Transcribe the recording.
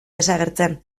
desagertzen